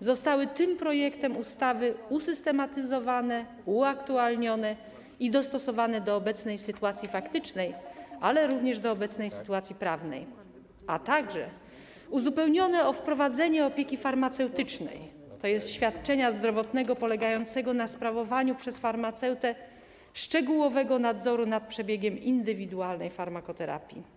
zostały tym projektem ustawy usystematyzowane, uaktualnione i dostosowane do obecnej sytuacji faktycznej, również do obecnej sytuacji prawnej, a także uzupełnione o wprowadzenie opieki farmaceutycznej, tj. świadczenia zdrowotnego polegającego na sprawowaniu przez farmaceutę szczegółowego nadzoru nad przebiegiem indywidualnej farmakoterapii.